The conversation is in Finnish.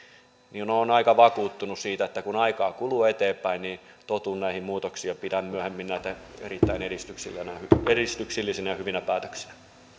olen aika vakuuttunut siitä että kun aikaa kuluu eteenpäin niin totun näihin muutoksiin ja pidän myöhemmin näitä erittäin edistyksellisinä ja hyvinä päätöksinä